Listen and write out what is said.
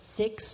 six